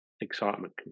excitement